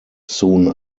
soon